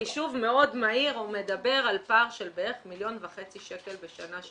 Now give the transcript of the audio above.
חישוב מאוד מהיר מדבר על פער של בערך מיליון וחצי שקל בשנה של